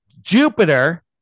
Jupiter